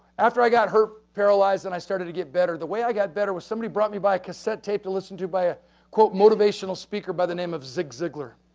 after i got hurt, paralyzed, and i started to get better. the way i got better with somebody brought me buy a cassette tape to listen to by ah quote motivational speaker by the name of zig ziglar.